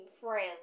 friends